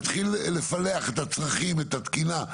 להתחיל לפלח את הצריכם, את התקינה.